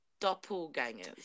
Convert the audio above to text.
doppelgangers